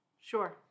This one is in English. Sure